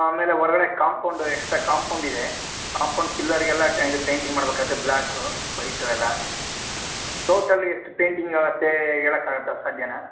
ಆಮೇಲೆ ಹೊರ್ಗಡೆ compound extra compound ಇದೆ ಕಾಂಪೌಂಡ್ ಪಿಲ್ಲರಿಗೆಲ್ಲ ಇದು ಪೈಂಟಿಂಗ್ ಮಾಡಬೇಕಾಗುತ್ತೆ ಬ್ಲಾಕ ವೈಟು ಎಲ್ಲ ಟೋಟಲಿ ಎಷ್ಟು ಪೈಂಟಿಂಗ್ ಆಗುತ್ತೆ ಹೇಳಕ್ ಆಗತ್ತಾ ಸಾಧ್ಯನಾ